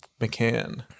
mccann